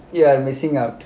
you are missing out